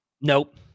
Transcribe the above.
Nope